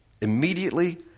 Immediately